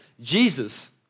Jesus